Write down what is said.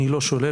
אני לא שולל,